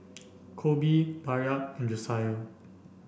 Colby Bayard and Josiah